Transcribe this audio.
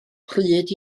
pryd